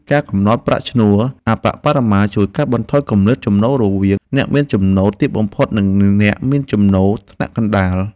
ការកំណត់ប្រាក់ឈ្នួលអប្បបរមាជួយកាត់បន្ថយគម្លាតចំណូលរវាងអ្នកមានចំណូលទាបបំផុត និងអ្នកមានចំណូលថ្នាក់កណ្តាល។